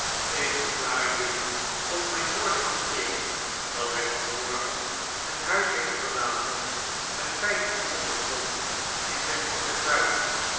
ik verklaar jelui op mijn woord van eer dat hij vanmorgen het huis heeft verlaten met vijftien honderd pond in zijn portefeuille